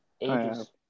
Ages